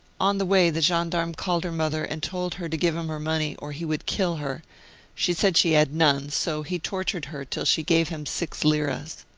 on the way, the gendarme called her mother, and told her to give him her money, or he would kill her she said she had none, so he tortured her till she gave him six liras.